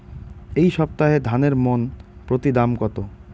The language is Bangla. এই সপ্তাহে ধানের মন প্রতি দাম কত?